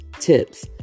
tips